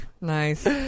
Nice